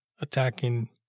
attacking